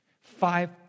five